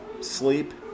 Sleep